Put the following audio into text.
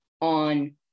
on